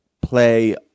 play